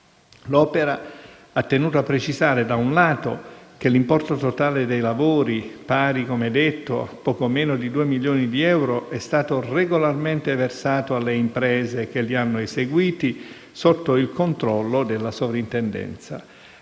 L'Opera ha tenuto a precisare, da un lato, che l'importo totale dei lavori - pari come detto a poco meno di 2 milioni di euro - è stato regolarmente versato alle imprese che li hanno eseguiti sotto il controllo della soprintendenza;